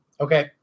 Okay